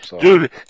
Dude